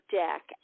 deck